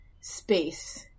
space